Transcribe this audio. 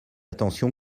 attention